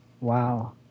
wow